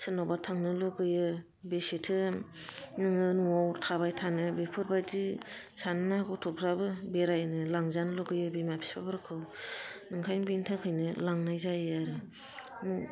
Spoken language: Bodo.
सोरनावबा थांनो लुगैयो बेसेथो नोङो न'आव थाबाय थानो बेफोरबायदि सानोना गथ'फ्राबो बेरायनो लांजोनो लुबैयो बिमा बिफाफोरखौ ओंखायनो बिनि थाखायनो लांनाय जायो आरो